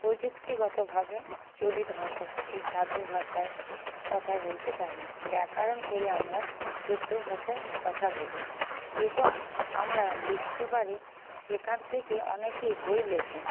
প্রযুক্তিগতভাবে চলিত ভাষা থেকে সাধু ভাষায় কথা বলতে পারি ব্যাকারণ পড়ে আমরা শুদ্ধ ভাষায় কথা বলি এবং আমরা লিখতে পারি সেখান থেকে অনেকেই বই লেখেন